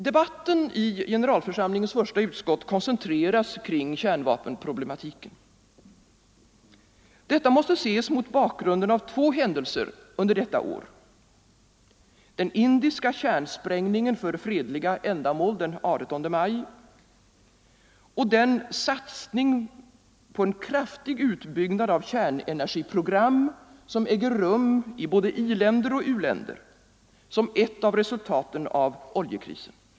Debatten i generalförsamlingens första utskott koncentreras kring kärnvapenproblematiken. Detta måste ses mot bakgrunden av två händelser under detta år, den indiska kärnsprängningen för fredliga ändamål den 18 maj och den satsning på en kraftig utbyggnad av kärnenergiprogram som äger rum i både i-länder och u-länder som ett av resultaten av oljekrisen.